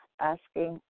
asking